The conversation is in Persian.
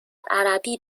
عربی